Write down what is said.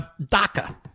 DACA